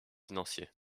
financier